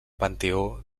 panteó